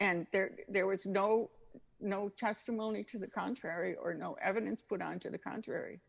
and there was no no testimony to the contrary or no evidence put on to the contrary